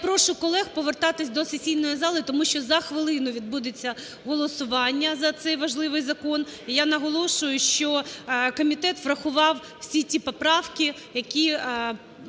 я прошу колег повертатись до сесійної зали тому що за хвилину відбудеться голосування за цей важливий закон. І я наголошую, що комітет врахував всі ті поправки, які